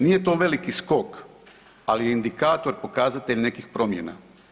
Nije to veliki skok, ali je indikator, pokazatelj nekih promjena.